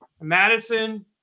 Madison